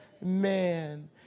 man